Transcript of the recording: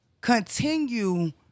continue